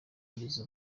kugeza